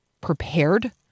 prepared